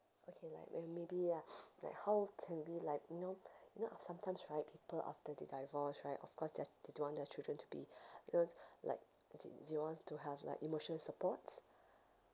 okay like um maybe ya like how can we like you know you know uh sometimes right people after they divorced right of course that they don't want their children to be because like okay you want to have like emotional supports